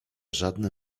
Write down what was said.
żadne